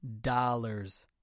Dollars